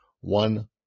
one